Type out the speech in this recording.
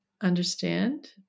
understand